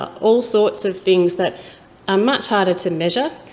all sorts of things that are much harder to measure,